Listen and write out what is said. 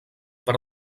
per